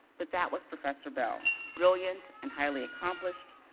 but that was professor bell, brilliant, and highly accomplished,